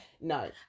no